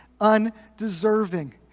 undeserving